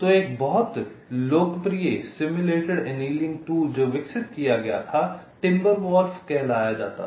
तो एक बहुत लोकप्रिय सिम्युलेटेड एनीलिंग टूल जो विकसित किया गया था टिम्बरवॉल्फ कहलाया जाता था